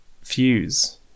fuse